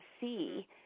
see